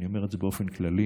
אני אומר את זה באופן כללי,